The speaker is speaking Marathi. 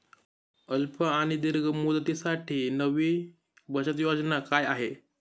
अल्प आणि दीर्घ मुदतीसाठी नवी बचत योजना काय आहे?